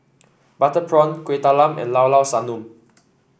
Butter Prawn Kuih Talam and Llao Llao Sanum